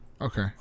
Okay